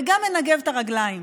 וגם מנגב את הרגליים.